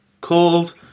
called